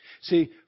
See